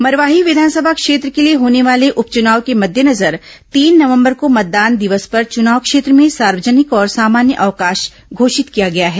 मरवाही विधानसभा क्षेत्र के लिए होने वाले उपचुनाव के मद्देनजर तीन नवंबर को मतदान दिवस पर चुनाव क्षेत्र में सार्वजनिक और सामान्य अवकाश घोषित किया गया है